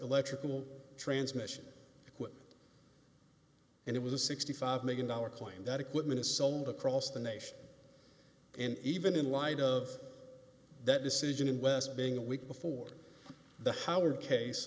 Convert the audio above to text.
electrical transmission equipment and it was a sixty five million dollars coin that equipment is sold across the nation and even in light of that decision in west being a week before the howard case